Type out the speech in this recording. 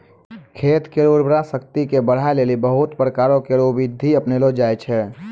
खेत केरो उर्वरा शक्ति क बढ़ाय लेलि बहुत प्रकारो केरो बिधि अपनैलो जाय छै